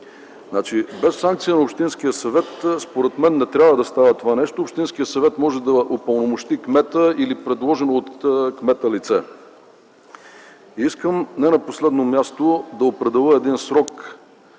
Без санкция на общинския съвет според мен не трябва да става това нещо. Общинският съвет може да упълномощи кмета или предложено от кмета лице. Искам не на последно място да определя един срок